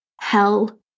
hell